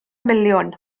miliwn